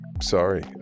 sorry